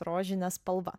rožinė spalva